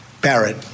Barrett